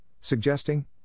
suggesting